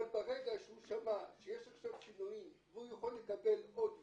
אבל ברגע שהוא שמע שיש עכשיו שינויים והוא יכול לקבל עוד ויזה,